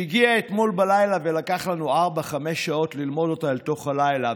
שהגיעה אתמול בלילה ולקח ארבע-חמש שעות ללמוד אותה אל תוך הלילה,